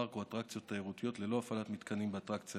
פארק או אטרקציות תיירותיות ללא הפעלת מתקנים באטרקציה,